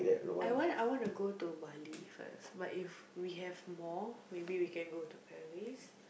I want I want to go to Bali first but if we have more maybe we can go to Paris